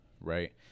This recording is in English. Right